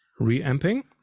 reamping